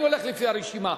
אני הולך לפי הרשימה.